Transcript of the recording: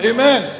Amen